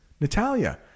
Natalia